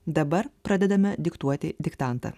dabar pradedame diktuoti diktantą